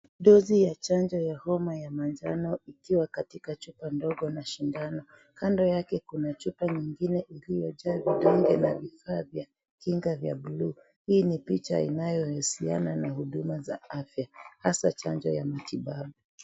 Dose ya chanjo ya homa ya manjano, ikiwa katika chupa ndogo na sindano. Kando yake kuna chupa nyingine iliyojaa vidonge na vifaa vya kinga vya bluu. Hii ni picha inayo husiana na huduma za afya. Hasa chanjo ya matibabu.